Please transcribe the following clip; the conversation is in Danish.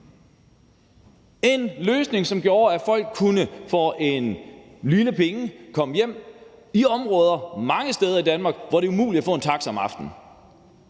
en løsning, som gjorde, at folk for få penge kunne komme hjem i områder, mange steder i Danmark, hvor det er umuligt at få en taxa om aftenen.